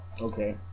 Okay